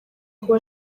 kuba